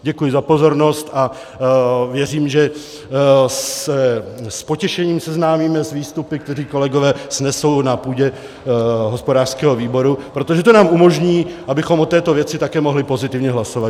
Děkuji za pozornost a věřím, že se s potěšením seznámíme s výstupy, které kolegové snesou na půdě hospodářského výboru, protože to nám umožní, abychom o této věci také mohli pozitivně hlasovat.